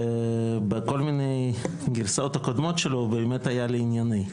בכל מיני גרסאות קודמות שלו הוא באמת היה לענייני.